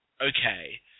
okay